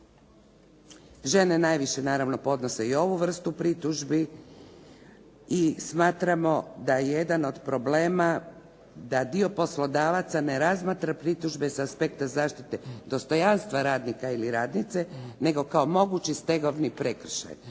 Žene najviše naravno podnose i ovu vrstu pritužbi i smatramo da jedan od problema da dio poslodavaca ne razmatra pritužbe s aspekta zaštite dostojanstva radnika ili radnice, nego kao mogući stegovni prekršaj,